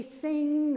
sing